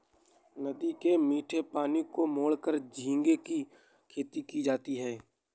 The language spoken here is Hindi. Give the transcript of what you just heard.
नदी के मीठे पानी को मोड़कर झींगे की खेती की जाती है